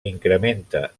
incrementa